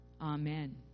Amen